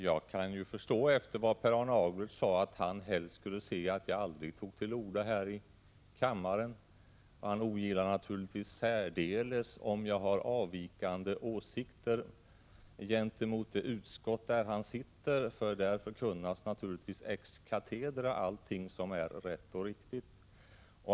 Herr talman! Efter vad Per Arne Aglert sade kan jag förstå att han helst skulle se att jag aldrig tog till orda här i kammaren. Han ogillar naturligtvis särdeles om jag har åsikter som avviker från dem som företräds av det utskott där han sitter, för där förkunnas självfallet ex cathedra allting som är rätt och riktigt.